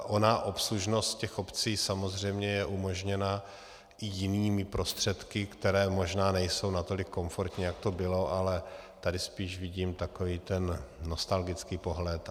Ona obslužnost těch obcí samozřejmě je umožněna i jinými prostředky, které možná nejsou natolik komfortní, jak to bylo, ale tady spíš vidím takový ten nostalgický pohled.